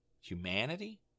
humanity